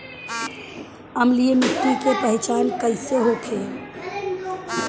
अम्लीय मिट्टी के पहचान कइसे होखे?